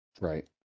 Right